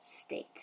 state